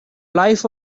life